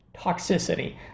toxicity